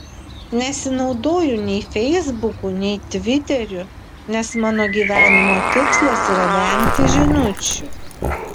nesinaudoju nei feisbuku nei tviteriu nes mano gyvenimo tikslas yra vengti žinučių